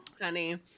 Honey